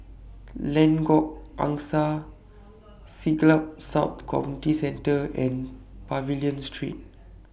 Lengkok Angsa Siglap South Community Centre and Pavilion Street